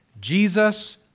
Jesus